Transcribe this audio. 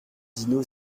dino